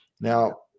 Now